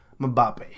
Mbappe